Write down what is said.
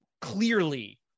clearly